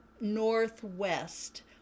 northwest